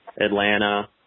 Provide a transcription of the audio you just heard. Atlanta